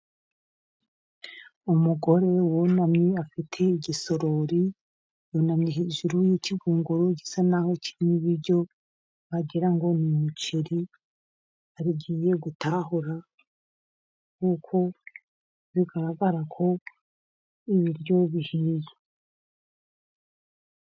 Umugore wunamye afite igisorori yunamye hejuru y'ikigunguru gisa naho kinrimo ibiryo wagirango umuceri arigiye gutahura nk bigaragara ko ibiryo bihinga.